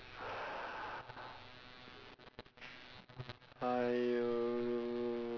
I will